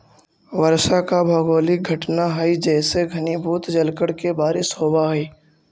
वर्षा एक भौगोलिक घटना हई जेसे घनीभूत जलकण के बारिश होवऽ हई